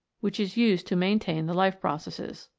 which is used to maintain the life-processes.